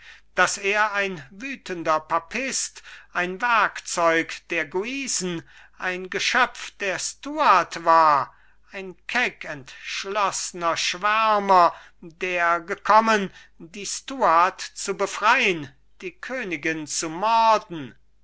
daß er ein wütender papist ein werkzeug der guisen ein geschöpf der stuart war ein keck entschloßner schwärmer der gekommen die stuart zu befrein die königin zu morden